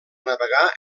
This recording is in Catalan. navegar